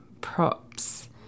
props